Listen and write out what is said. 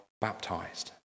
baptized